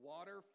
Water